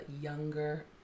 younger